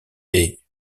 des